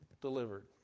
delivered